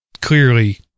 clearly